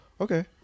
Okay